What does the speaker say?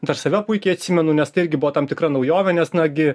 dar save puikiai atsimenu nes tai irgi buvo tam tikra naujovė nes na gi